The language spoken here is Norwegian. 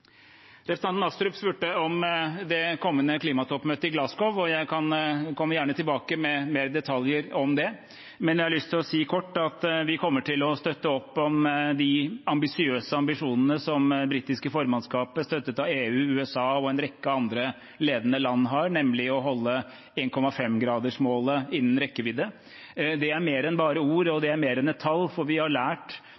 Representanten Astrup spurte om det kommende klimatoppmøtet i Glasgow. Jeg kommer gjerne tilbake med mer detaljer om det, men jeg har lyst til å si kort at vi kommer til å støtte opp om de ambisiøse ambisjonene som det britiske formannskapet, støttet av EU, USA og en rekke andre ledende land, har, nemlig å holde 1,5-gradersmålet innen rekkevidde. Det er mer enn bare ord, og